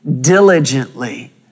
diligently